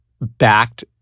backed